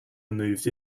removed